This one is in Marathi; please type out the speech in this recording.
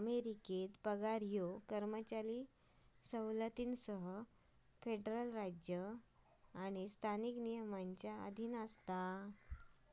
अमेरिकेत पगार ह्यो कर्मचारी सवलतींसह फेडरल राज्य आणि स्थानिक नियमांच्या अधीन असा